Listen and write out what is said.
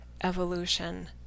evolution